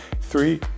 three